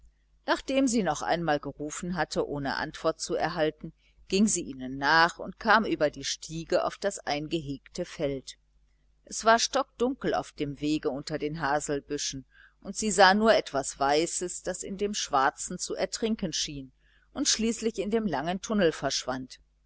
nachdem sie noch einmal gerufen hatte ohne antwort zu erhalten ging sie ihnen nach und kam über die stiege auf das eingehegte feld es war stockdunkel auf dem wege unter den haselbüschen und sie sah nur etwas weißes das in dem schwarzen zu ertrinken schien und schließlich in dem langen tunnel verschwand